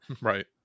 Right